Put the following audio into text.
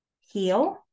heal